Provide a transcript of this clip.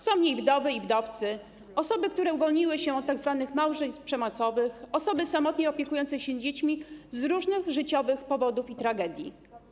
Są w niej wdowy i wdowcy, osoby, które uwolniły się od tzw. małżeństw przemocowych, osoby samotnie opiekujące się dziećmi z różnych życiowych powodów i tragedii.